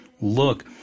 look